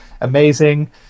amazing